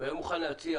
והיה מוכן להציע